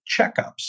checkups